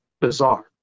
bizarre